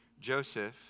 Joseph